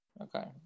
Okay